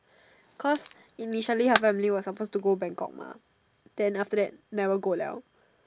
cause initially her family was suppose to go Bangkok mah then after that never go liao